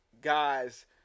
guys